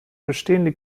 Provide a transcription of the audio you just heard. bestehende